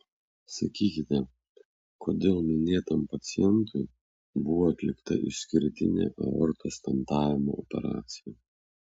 sakykite kodėl minėtam pacientui buvo atlikta išskirtinė aortos stentavimo operacija